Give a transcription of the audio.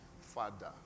Father